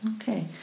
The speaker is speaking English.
Okay